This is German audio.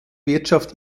wirtschaft